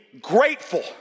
grateful